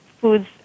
foods